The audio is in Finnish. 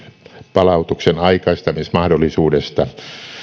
palautuksen aikaistamismahdollisuudesta